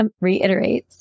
reiterates